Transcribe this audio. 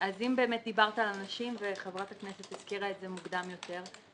אם באמת דיברת על אנשים וחברת הכנסת הזכירה את זה מוקדם יותר,